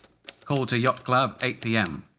called to yacht club, eight pm.